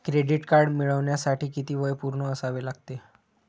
Credit card मिळवण्यासाठी किती वय पूर्ण असावे लागते?